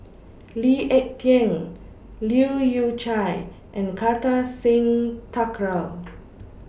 Lee Ek Tieng Leu Yew Chye and Kartar Singh Thakral